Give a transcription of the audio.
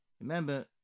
Remember